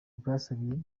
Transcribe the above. bwasabiye